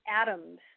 atoms